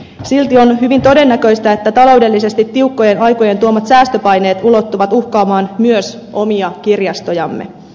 silti on hyvin todennäköistä että taloudellisesti tiukkojen aikojen tuomat säästöpaineet ulottuvat uhkaamaan myös omia kirjastojamme